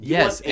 Yes